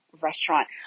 restaurant